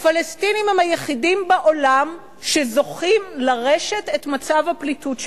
הפלסטינים הם היחידים בעולם שזוכים לרשת את מצב הפליטוּת שלהם.